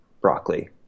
broccoli